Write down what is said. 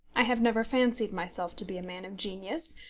i have never fancied myself to be a man of genius,